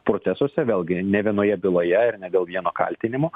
procesuose vėlgi ne vienoje byloje ir ne dėl vieno kaltinimo